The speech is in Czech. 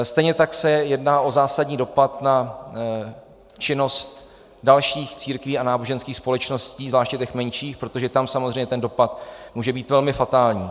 Stejně tak se jedná o zásadní dopad na činnost dalších církví a náboženských společností, zvláště těch menších, protože tam samozřejmě ten dopad může být velmi fatální.